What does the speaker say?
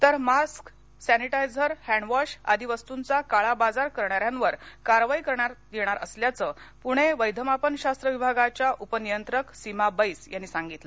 तर mask sanitizer handwash आदी वस्तूंचा काळा बाजार करणाऱ्यांवर कारवाई करण्यात येणार असल्याचं पुणे वैधमापनशास्त्र विभागाच्या उपनियंत्रक सीमा बैस यांनी काल सांगितलं